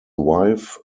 wife